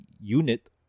unit